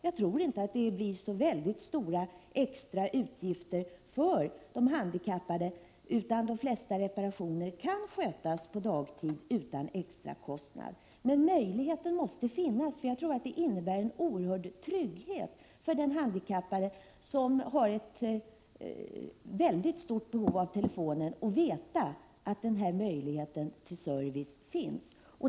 Jag tror inte att det blir så stora utgifter, utan de flesta reparationer kan skötas på dagtid utan extra kostnad. Det innebär en oerhört stor trygghet för den handikappade, som har ett mycket stort behov av telefonen, att veta att denna möjlighet att få service finns.